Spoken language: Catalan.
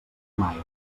mai